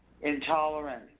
Intolerance